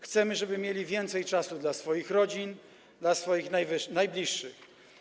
Chcemy, żeby mieli więcej czasu dla swoich rodzin, dla swoich najbliższych.